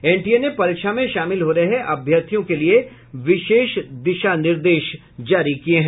NTA ने परीक्षा में शामिल हो रहे अभ्यर्थियो के लिए विशेष दिशा निर्देश जारी किया है